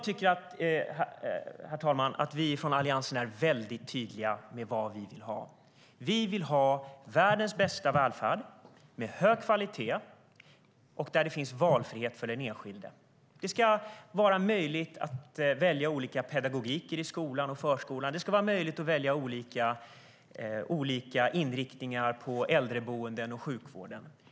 Herr talman! Vi från Alliansen är tydliga med vad vi vill ha. Vi vill ha världens bästa välfärd, med hög kvalitet och valfrihet för den enskilde. Det ska vara möjligt att välja olika pedagogik i skolan och förskolan. Det ska vara möjligt att välja olika inriktningar på äldreboenden och sjukvården.